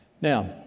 Now